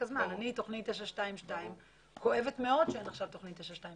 אני כואבת מאוד שאין עכשיו את תוכנית 923